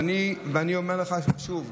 ואני אומר לך שוב,